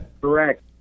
Correct